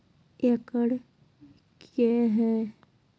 एकड कया हैं?